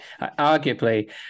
arguably